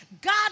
God